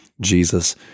Jesus